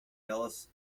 alice